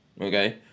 Okay